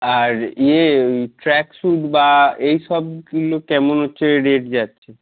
আর ইয়ে ওই ট্র্যাকস্যুট বা এইসবগুলো কেমন হচ্ছে রেট যাচ্ছে